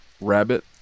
rabbit